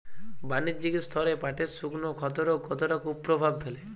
বাণিজ্যিক স্তরে পাটের শুকনো ক্ষতরোগ কতটা কুপ্রভাব ফেলে?